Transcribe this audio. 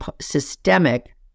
systemic